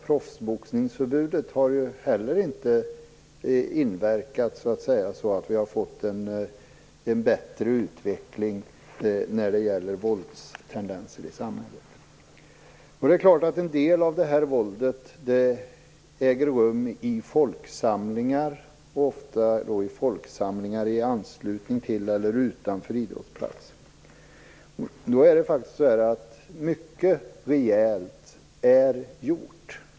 Proffsboxningsförbudet har inte heller inverkat så att vi har fått en bättre utveckling när det gäller våldstendenser i samhället. Det är klart att en del av det här våldet äger rum i folksamlingar, och ofta då i folksamlingar i anslutning till eller utanför idrottsplatser. Men mycket rejält är faktiskt gjort.